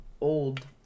old